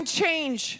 change